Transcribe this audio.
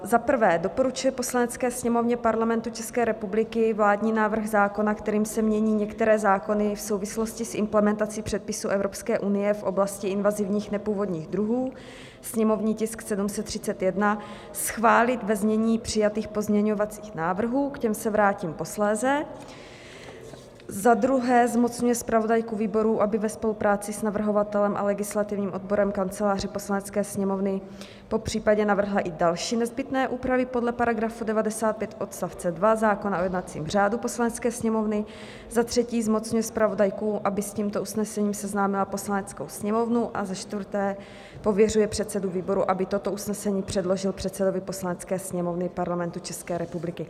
Za prvé doporučuje Poslanecké sněmovně Parlamentu České republiky vládní návrh zákona, kterým se mění některé zákony v souvislosti s implementací předpisů Evropské unie v oblasti invazních nepůvodních druhů, sněmovní tisk 731, schválit ve znění přijatých pozměňovacích návrhů k těm se vrátím posléze, za druhé zmocňuje zpravodajku výboru, aby ve spolupráci s navrhovatelem a legislativním odborem Kanceláře Poslanecké sněmovny popřípadě navrhla i další nezbytné úpravy podle § 95 odst. 2 zákona o jednacím řádu Poslanecké sněmovny, za třetí zmocňuje zpravodajku, aby s tímto usnesením seznámila Poslaneckou sněmovnu a za čtvrté pověřuje předsedu výboru, aby toto usnesení předložil předsedovi Poslanecké sněmovny Parlamentu České republiky.